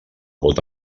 vot